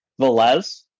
Velez